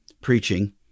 preaching